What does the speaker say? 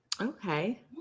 Okay